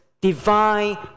divine